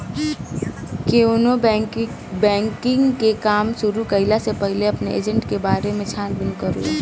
केवनो बैंकिंग के काम शुरू कईला से पहिले अपनी एजेंट के बारे में छानबीन कर लअ